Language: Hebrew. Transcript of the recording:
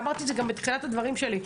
אמרתי את זה גם בתחילת הדברים שלי,